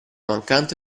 mancante